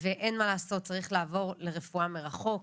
אין מה לעשות, צריך לעבור לרפואה מרחוק.